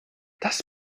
das